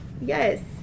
yes